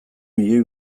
milioi